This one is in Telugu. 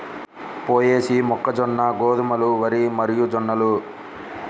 పొయేసీ, మొక్కజొన్న, గోధుమలు, వరి మరియుజొన్నలు